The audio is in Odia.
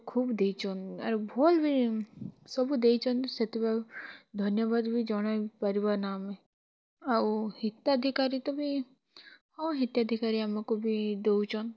ଖୁବ୍ ଦେଇଛନ୍ ଆରୁ ଭଲ୍ ବି ସବୁ ଦେଇଛନ୍ ଧନ୍ୟବାଦ ବି ଜଣାଇ ପାରିବାନା ଆମେ ଆଉ ହିତାଧିକାରୀ ତ ବି ହଁ ହିତାଧିକାରୀ ଆମକୁ ବି ଦେଉଛନ୍